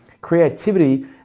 creativity